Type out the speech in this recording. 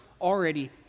already